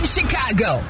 Chicago